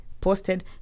posted